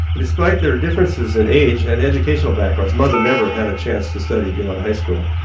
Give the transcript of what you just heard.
despite their differences in age and educational backgrounds mother never had a chance to study beyond high school,